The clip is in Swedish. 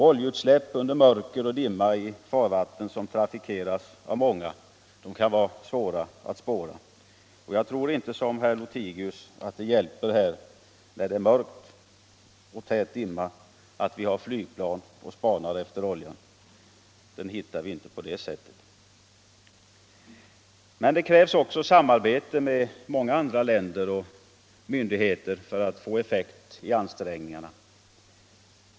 Oljeutsläpp under mörker och dimma kan det vara svårt att spåra. Jag tror inte, som herr Lothigius gör, att det hjälper, när det är mörkt = Nr 86 och tät dimma, att ha flygplan och spana efter oljan. Den hittar vi inte på det sättet. Det krävs också samarbete med många andra länder och myndigheter = för att få effekt av ansträngningarna.